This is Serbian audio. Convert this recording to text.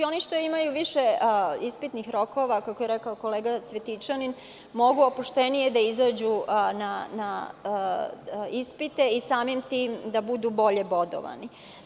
Što više imaju ispitnih rokova, kako je rekao kolega Cvetićanin, mogu opuštenije da izađu na ispite i samim tim da budu bolje bodovani.